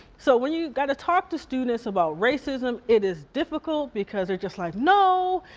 so when you gotta talk to students about racism it is difficult because they're just like, no,